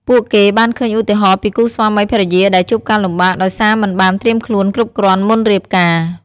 ពួកគេបានឃើញឧទាហរណ៍ពីគូស្វាមីភរិយាដែលជួបការលំបាកដោយសារមិនបានត្រៀមខ្លួនគ្រប់គ្រាន់មុនរៀបការ។